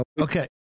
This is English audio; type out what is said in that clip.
okay